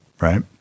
right